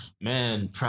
Man